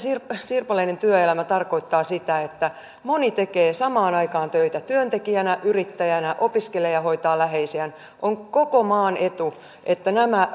sirpaleinen työelämä tarkoittaa sitä että moni tekee samaan aikaan töitä työntekijänä yrittäjänä opiskelee ja hoitaa läheisiään on koko maan etu että nämä